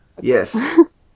Yes